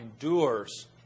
endures